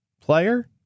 player